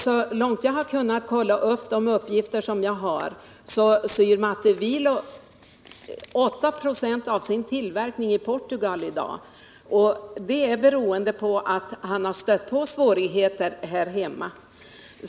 Så långt jag har kunnat kollationera de uppgifter som jag har fått syr Matti Viio upp 8 96 av sin tillverkning i Portugal i dag, beroende på att han har stött på svårigheter här hemma.